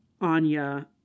anya